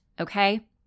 okay